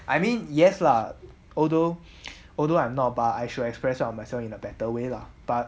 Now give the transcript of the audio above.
I mean yes lah although although I am not but I should express on myself in a better way lah but